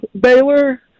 Baylor